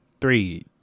three